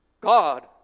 God